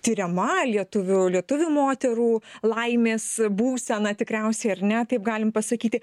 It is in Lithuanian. tiriama lietuvių lietuvių moterų laimės būsena tikriausiai ar ne taip galim pasakyti